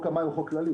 חוק המים הוא חוק כללי.